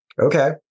Okay